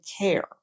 care